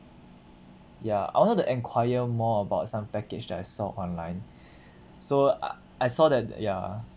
ya I wanted to enquire more about some package that I saw online so uh I saw that ya